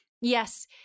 Yes